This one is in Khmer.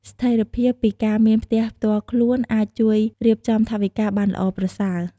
ស្ថេរភាពពីការមានផ្ទះផ្ទាល់ខ្លួនអាចជួយរៀបចំថវិកាបានល្អប្រសើរ។